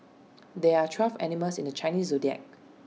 there are twelve animals in the Chinese Zodiac